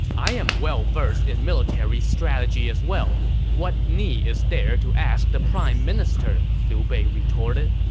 i am well-versed in military strategy as well what need is there to ask the prime minister? liu bei retorted